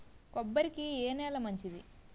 కొబ్బరి కి ఏ నేల మంచిది?